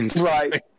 Right